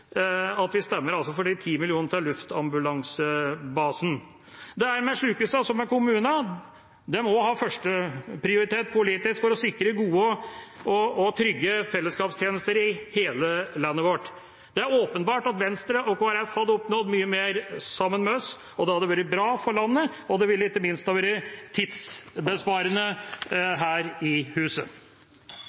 at vi stemmer for 10 mill. kr til luftambulansebasen. Det er med sykehusene som med kommunene: De må ha førsteprioritet politisk for å sikre gode og trygge fellesskapstjenester i hele landet vårt. Det er åpenbart at Venstre og Kristelig Folkeparti hadde oppnådd mye mer sammen med oss. Det hadde vært bra for landet, og det ville ikke minst ha vært tidsbesparende her i huset.